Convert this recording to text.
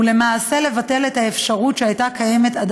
ולמעשה לבטל את האפשרות שהייתה קיימת עד